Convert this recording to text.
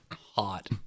hot